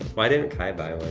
why didn't kye buy one?